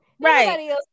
Right